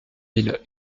mille